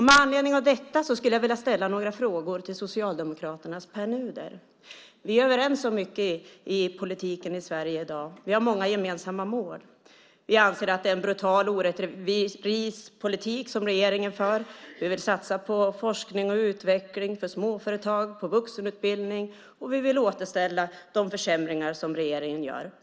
Med anledning av detta skulle jag vilja ställa några frågor till Socialdemokraternas Pär Nuder. Vi är överens om mycket i politiken i Sverige i dag. Vi har många gemensamma mål. Vi anser att det är en brutal och orättvis politik som regeringen för. Vi vill bland annat satsa på forskning och utveckling, på småföretag och på vuxenutbildning, och vi vill återställa när det gäller de försämringar som regeringen gör.